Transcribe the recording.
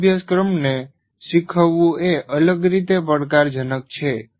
આવા અભ્યાસક્રમને શીખવવું એ અલગ રીતે પડકારજનક છે